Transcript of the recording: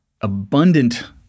abundant